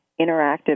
interactive